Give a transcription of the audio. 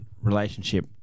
relationship